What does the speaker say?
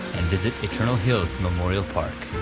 and visit eternal hills memorial park.